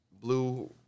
blue